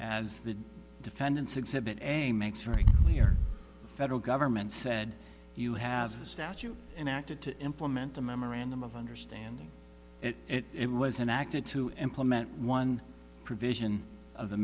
as the defendants exhibit a makes very clear the federal government said you have a statute and acted to implement a memorandum of understanding it was enacted to implement one provision of the